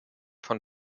von